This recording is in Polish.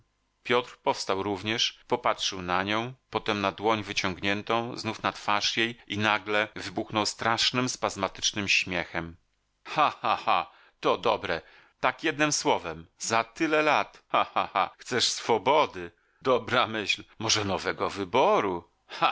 piotr powstał również popatrzył na nią potem na dłoń wyciągniętą znów na twarz jej i nagle wybuchnął strasznym spazmatycznym śmiechem cha cha cha to dobre tak jednem słowem za tyle lat cha cha cha chcesz swobody dobra myśl może nowego wyboru cha